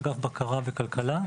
אגף בקרה וכלכלה.